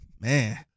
Man